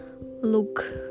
look